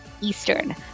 Eastern